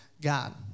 God